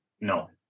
No